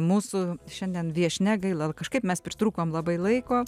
mūsų šiandien viešnia gaila kažkaip mes pritrūkom labai laiko